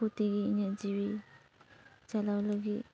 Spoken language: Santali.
ᱩᱱᱠᱩ ᱛᱮᱜᱮ ᱤᱟᱹᱜ ᱡᱤᱣᱤ ᱪᱟᱞᱟᱣ ᱞᱟᱹᱜᱤᱫ